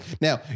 Now